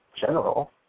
general